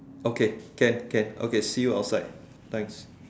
okay can can okay see you outside thanks